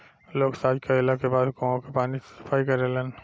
लोग सॉच कैला के बाद कुओं के पानी से सफाई करेलन